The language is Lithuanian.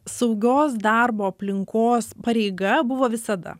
saugios darbo aplinkos pareiga buvo visada